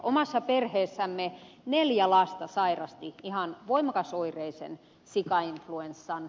omassa perheessämme neljä lasta sairasti ihan voimakasoireisen sikainfluenssan